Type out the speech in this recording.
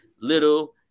little